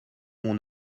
mon